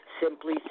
Simply